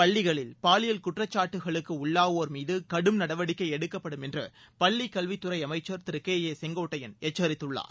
பள்ளிகளில் பாலியல் குற்றச்சாட்டுக்களுக்கு உள்ளாவோர் மீது கடும் நடவடிக்கை எடுக்கப்படும் என்று பள்ளிக் கல்வித் துறை அமைச்சர் திரு கே ஏ செங்கோட்டையள் எச்சரித்துள்ளார்